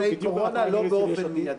בדיוק ----- נושאי קורונה לא באופן מידי,